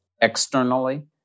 externally